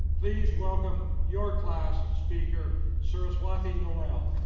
please welcome your class speaker, saraswati noel.